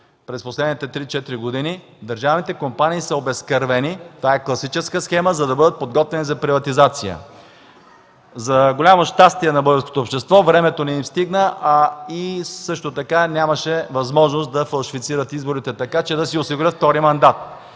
през последните три-четири години. Държавните компании са обезкръвени. Това е класическа схема, за да бъдат подготвени за приватизация. За голямо щастие на българското общество времето не им стигна и също така нямаше възможност да фалшифицират изборите така, че да си осигурят втори мандат.